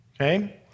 okay